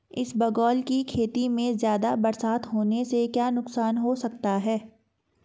इसबगोल की खेती में ज़्यादा बरसात होने से क्या नुकसान हो सकता है?